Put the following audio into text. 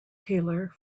taylor